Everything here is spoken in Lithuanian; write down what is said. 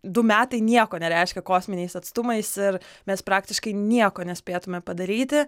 du metai nieko nereiškia kosminiais atstumais ir mes praktiškai nieko nespėtume padaryti